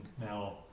Now